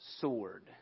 sword